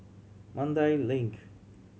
Mandai Link